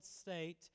state